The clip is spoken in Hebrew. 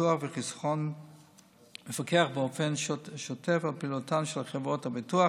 ביטוח וחיסכון מפקח באופן שוטף על פעילותן של חברות הביטוח